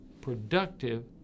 productive